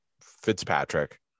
Fitzpatrick